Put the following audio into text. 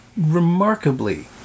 remarkably